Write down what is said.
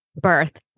birth